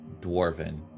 Dwarven